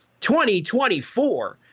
2024